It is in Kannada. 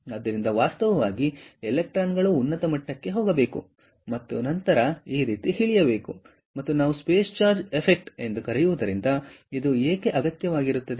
ಆದ್ದರಿಂದ ವಾಸ್ತವವಾಗಿ ಎಲೆಕ್ಟ್ರಾನ್ಗಳು ಉನ್ನತ ಮಟ್ಟಕ್ಕೆ ಹೋಗಬೇಕು ಮತ್ತು ನಂತರ ಈ ರೀತಿ ಇಳಿಯಬೇಕು ಮತ್ತು ನಾವು ಸ್ಪೇಸ್ ಚಾರ್ಜ್ ಎಫೆಕ್ಟ್ ಎಂದು ಕರೆಯುವುದರಿಂದ ಇದು ಏಕೆ ಅಗತ್ಯವಾಗಿರುತ್ತದೆ